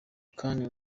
kandi